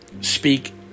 speak